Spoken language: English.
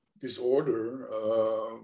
disorder